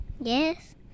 Yes